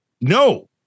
no